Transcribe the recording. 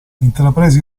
intraprese